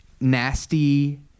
nasty